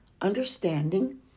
understanding